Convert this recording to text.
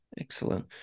Excellent